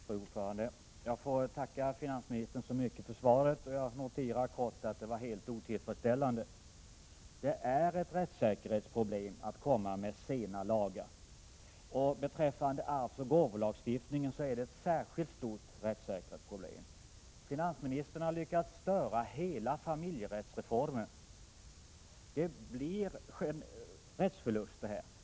Fru talman! Jag får tacka finansministern så mycket för svaret. Jag noterar kort att det var helt otillfredsställande. Det är ett rättssäkerhetsproblem att sent komma med nya lagar. Beträffande arvsoch gåvoskattelagstiftningen är det ett särskilt stort rättssäkerhetsproblem. Finansministern har lyckats störa hela familjerättsreformen.